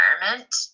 environment